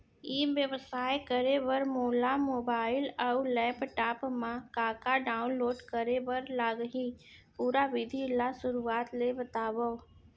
ई व्यवसाय करे बर मोला मोबाइल अऊ लैपटॉप मा का का डाऊनलोड करे बर लागही, पुरा विधि ला शुरुआत ले बतावव?